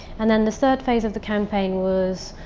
and then the third phase of the campaign was.